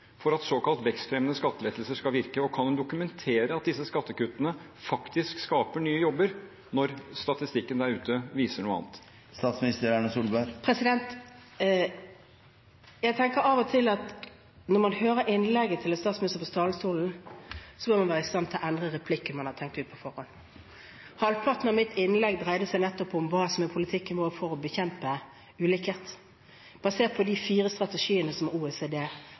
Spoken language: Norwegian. for at såkalt vekstfremmende skattelettelser skal virke? Og kan hun dokumentere at disse skattekuttene faktisk skaper nye jobber, når statistikken der ute viser noe annet? Jeg tenker av og til at når man hører innlegget til en statsminister på talerstolen, må man være i stand å endre replikken man har tenkt ut på forhånd. Halvparten av mitt innlegg dreide seg nettopp om hva som er politikken vår for å bekjempe ulikhet, basert på de fire strategiene som OECD